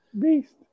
beast